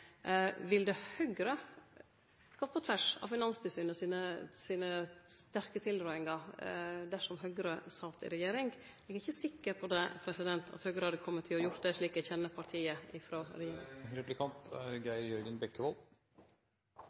vil fleire trenge startlån som tilleggsfinansiering. Det spørsmålet som eg stiller meg ved det gjentekne spørsmålet er: Ville Høgre gått på tvers av Finanstilsynet sine sterke tilrådingar dersom Høgre sat i regjering? Eg er ikkje sikker på at Høgre hadde kome til å gjere det, slik eg kjenner partiet